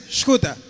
Escuta